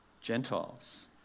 Gentiles